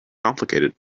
complicated